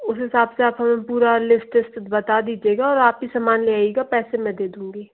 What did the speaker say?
उस हिसाब से आप हमें पूरी लिस्ट विस्ट बता दीजिएगा और आप ही समान ले आइएगा पैसे में दे दूँगी